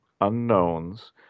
unknowns